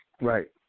Right